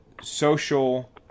social